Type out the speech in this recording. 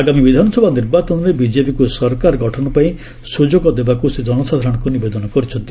ଆଗାମୀ ବିଧାନସଭା ନିର୍ବାଚନରେ ବିଜେପିକୁ ସରକାର ଗଠନପାଇଁ ସୁଯୋଗ ଦେବାକୁ ସେ ନିବେଦନ କରିଛନ୍ତି